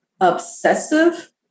obsessive